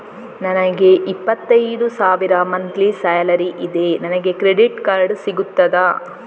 ನನಗೆ ಇಪ್ಪತ್ತೈದು ಸಾವಿರ ಮಂತ್ಲಿ ಸಾಲರಿ ಇದೆ, ನನಗೆ ಕ್ರೆಡಿಟ್ ಕಾರ್ಡ್ ಸಿಗುತ್ತದಾ?